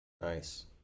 Nice